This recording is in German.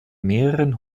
mehreren